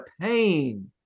pain